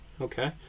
okay